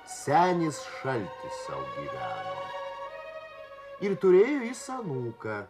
senis šaltis sau gyveno ir turėjo jis anūką